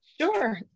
Sure